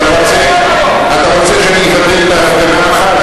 אתה רוצה שאני אבטל את ההפגנה מחר,